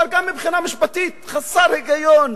גם מבחינה משפטית, דבר חסר היגיון,